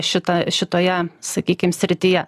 šita šitoje sakykim srityje